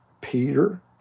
Peter